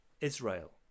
Israel